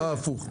מה הפוך?